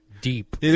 deep